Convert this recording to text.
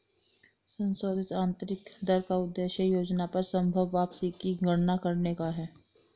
संशोधित आंतरिक दर का उद्देश्य योजना पर संभवत वापसी की गणना करने का है